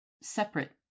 separate